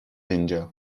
اینجا